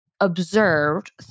observed